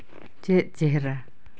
ᱪᱮᱫ ᱪᱮᱦᱨᱟ